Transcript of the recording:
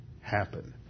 happen